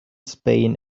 spain